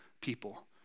people